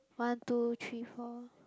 one two three four